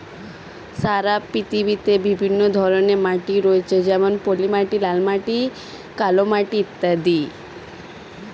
সারা পৃথিবীতে বিভিন্ন ধরনের মাটি রয়েছে যেমন পলিমাটি, লাল মাটি, কালো মাটি ইত্যাদি